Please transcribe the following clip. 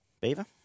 Beaver